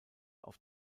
auf